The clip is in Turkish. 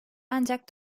ancak